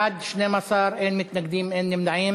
בעד, 12, אין מתנגדים, אין נמנעים.